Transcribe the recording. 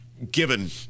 Given